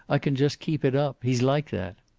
i can just keep it up. he's like that.